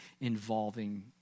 involving